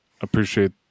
appreciate